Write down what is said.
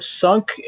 sunk